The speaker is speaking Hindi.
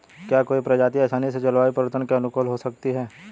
क्या कोई प्रजाति आसानी से जलवायु परिवर्तन के अनुकूल हो सकती है?